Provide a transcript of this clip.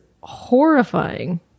horrifying